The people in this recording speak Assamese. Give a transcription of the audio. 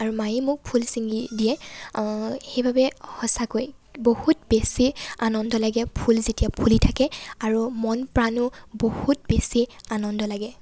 আৰু মায়ে মোক ফুল ছিঙি দিয়ে সেইবাবে সঁচাকৈ বহুত বেছি আনন্দ লাগে ফুল যেতিয়া ফুলি থাকে আৰু মন প্ৰাণো বহুত বেছিয়েই আনন্দ লাগে